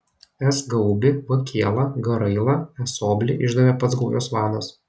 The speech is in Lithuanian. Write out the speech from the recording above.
s gaubį v kielą g railą e soblį išdavė pats gaujos vadas